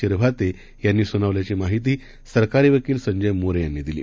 शिरभाते यांनी सुनावल्याची माहिती सरकारी वकील संजय मोरे यांनी दिली